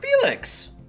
Felix